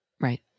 Right